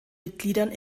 mitgliedern